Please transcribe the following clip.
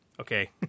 okay